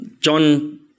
John